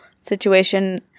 situation